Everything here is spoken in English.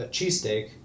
Cheesesteak